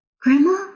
Grandma